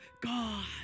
God